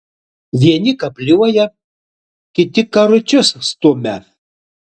vieni kapliuoja kiti karučius stumia